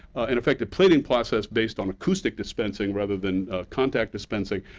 an effective plating process based on acoustic dispensing rather than contact dispensing,